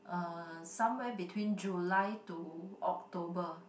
uh somewhere between July to October